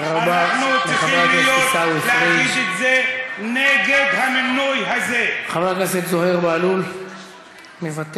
אבל למי שגוזל אדמות מפלסטינים, הכול מותר.